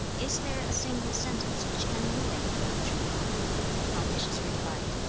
is there a single sentence which can ruin a country confucius replied,